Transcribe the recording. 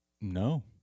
No